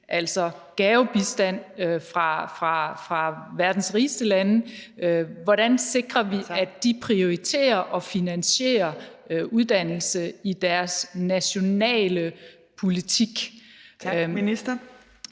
uddeles gavebistand fra verdens rigeste lande, prioriterer og finansierer uddannelse i deres nationale politik? Kl.